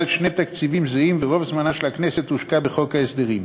שני תקציבים זהים ורוב זמנה של הכנסת הושקע בחוק ההסדרים.